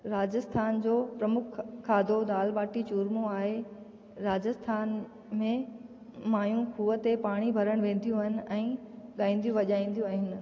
राजस्थान जो प्रमुख ख खाधो दाल बाटी चूरमो आहे राजस्थान में मायूं खूह ते पाणी भरण वेंदियूं आहिनि ऐं ॻाईंदियूं वॼाईंदियूं आहिनि